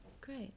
Great